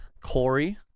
Corey